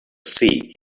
sea